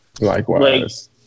Likewise